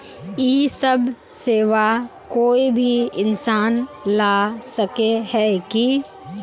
इ सब सेवा कोई भी इंसान ला सके है की?